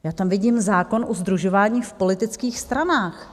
Já tam vidím zákon o sdružování v politických stranách.